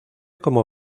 como